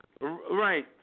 right